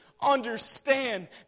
understand